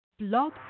Blog